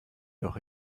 doch